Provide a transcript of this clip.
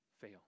fail